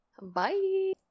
bye